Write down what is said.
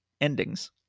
endings